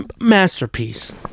masterpiece